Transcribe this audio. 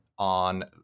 On